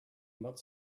about